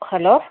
hello